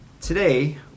Today